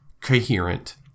coherent